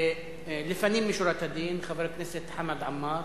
לפנים משורת הדין, חבר הכנסת חמד עמאר,